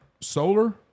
Solar